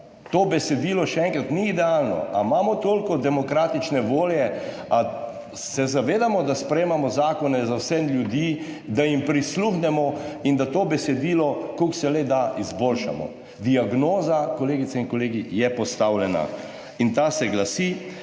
To besedilo, še enkrat, ni idealno. Ali imamo toliko demokratične volje ali se zavedamo, da sprejemamo zakone za vse ljudi, da jim prisluhnemo in da to besedilo, kolikor se le da, izboljšamo? Diagnoza, kolegice in kolegi, je postavljena. In ta se glasi: